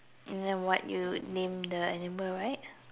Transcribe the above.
and then what you would name the animal right